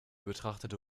betrachtete